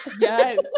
Yes